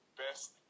best